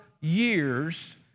years